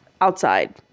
outside